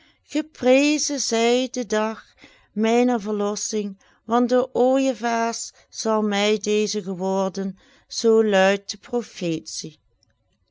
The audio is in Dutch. geprezen zij de dag mijner verlossing want door ooijevaars zal mij deze geworden zoo luidt de